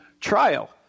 trial